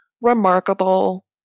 remarkable